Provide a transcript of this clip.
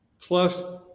plus